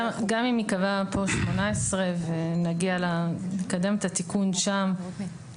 גם אם ייקבע כאן 18 שנים ונקדם את התיקון שם,